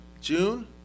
June